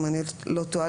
אם אני לא טועה,